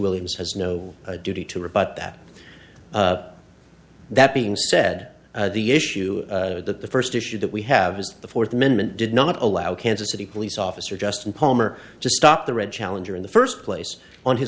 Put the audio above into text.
williams has no duty to rebut that that being said the issue that the first issue that we have is the fourth amendment did not allow kansas city police officer justin palmer to stop the red challenger in the first place on his